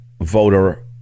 voter